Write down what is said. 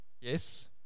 Yes